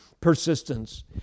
persistence